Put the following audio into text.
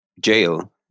jail